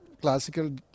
classical